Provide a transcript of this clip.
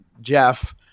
Jeff